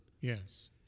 Yes